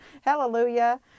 Hallelujah